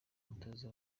umutoza